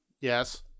yes